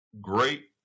great